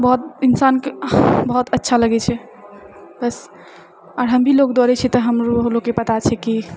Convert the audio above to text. बहुत इन्सानके बहुत अच्छा लागै छै बस आओर हम भी लोग दौड़ै छिऐ तऽ हमरो लोकके पता छै कि